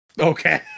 Okay